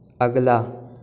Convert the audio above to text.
अगला